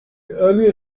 earlier